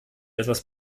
etwas